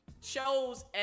shows